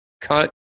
cut